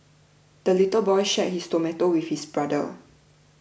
the little boy shared his tomato with his brother